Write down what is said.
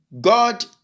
God